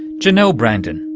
janel brandon,